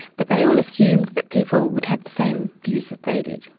but they all assumed that people would have the same views that they did.